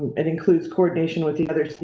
it includes coordination with the other.